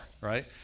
right